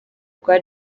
rwa